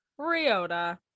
Ryota